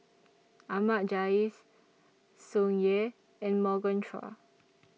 Ahmad Jais Tsung Yeh and Morgan Chua